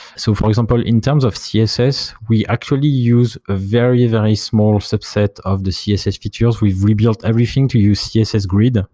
so for example, in terms of css, we actually use a very, very small subset of the css features. we've rebuilt everything to use css grid.